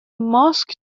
ماسک